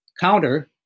counter